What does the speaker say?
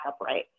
upright